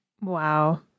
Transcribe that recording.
Wow